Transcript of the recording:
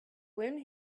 wound